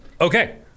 Okay